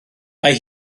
mae